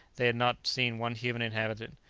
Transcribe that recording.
they had not seen one human inhabitant.